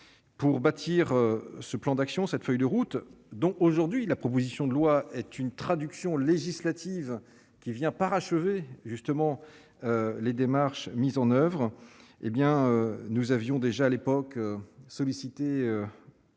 pour bâtir ce plan d'action cette feuille de route donc aujourd'hui la proposition de loi est une traduction législative qui vient parachever justement les démarches mises en oeuvre, hé bien nous avions déjà à l'époque sollicité